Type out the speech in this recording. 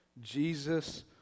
Jesus